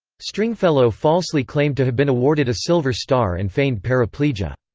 stringfellow falsely claimed to have been awarded a silver star and feigned paraplegia.